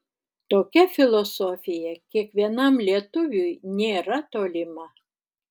tokia filosofija kiekvienam lietuviui nėra tolima